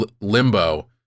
limbo